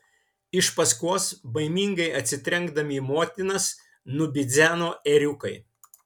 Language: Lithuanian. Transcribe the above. iš paskos baimingai atsitrenkdami į motinas nubidzeno ėriukai